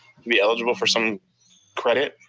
to be eligible for some credit?